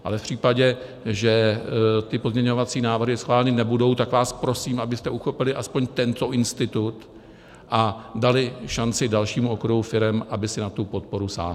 Ale v případě, že pozměňovací návrhy schváleny nebudou, tak vás prosím, abyste uchopili aspoň tento institut a dali šanci dalšímu okruhu firem, aby si na tu podporu sáhly.